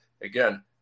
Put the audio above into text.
Again